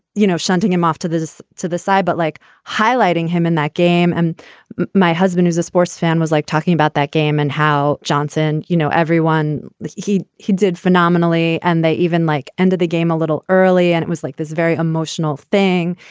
you know, shunting him off to this to the side, but like highlighting him in that game. and my husband is a sports fan, was like talking about that game and how johnson, you know, everyone he he did phenomenally and they even like ended the game a little early. and it was like this very emotional thing.